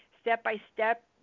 step-by-step